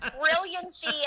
brilliancy